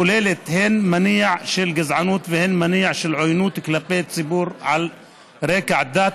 הכוללת הן מניע של גזענות והן מניע של עוינות כלפי ציבור על רקע דת,